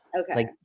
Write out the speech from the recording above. Okay